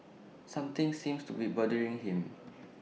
something seems to be bothering him